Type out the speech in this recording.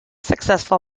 successful